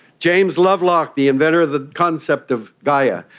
james lovelock, the inventor of the concept of gaia,